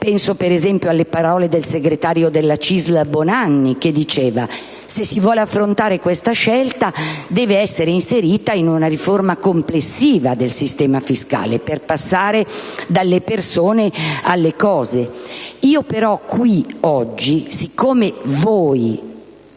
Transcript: penso, per esempio, alle parole del segretario della CISL Bonanni, che diceva che, se si vuole affrontare questa scelta, deve essere inserita in una riforma complessiva del sistema fiscale, per passare dalle persone alle cose. Però, qui, oggi - siccome non